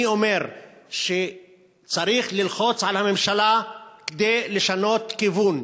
אני אומר שצריך ללחוץ על הממשלה כדי לשנות כיוון.